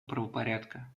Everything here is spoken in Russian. правопорядка